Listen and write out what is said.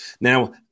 now